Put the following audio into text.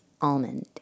almond